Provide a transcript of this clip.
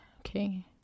Okay